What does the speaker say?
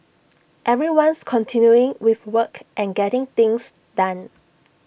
everyone's continuing with work and getting things done